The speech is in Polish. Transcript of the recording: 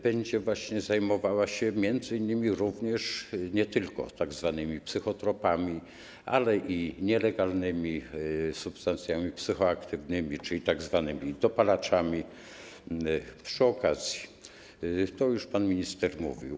Będzie zajmowało się m.in. nie tylko tzw. psychotropami, ale i nielegalnymi substancjami psychoaktywnymi, czyli tzw. dopalaczami, przy okazji, to już pan minister mówił.